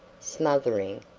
smothering,